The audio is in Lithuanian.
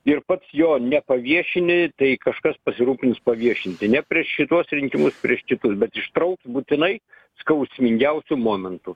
ir pats jo nepaviešini tai kažkas pasirūpins paviešinti ne prieš šituos rinkimus prieš kitus bet ištrauks būtinai skausmingiausiu momentu